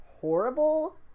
horrible